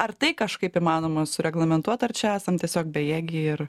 ar tai kažkaip įmanoma sureglamentuot ar čia esam tiesiog bejėgiai ir